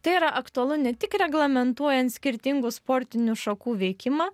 tai yra aktualu ne tik reglamentuojant skirtingų sportinių šakų veikimą